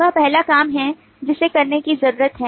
वह पहला काम है जिसे करने की जरूरत है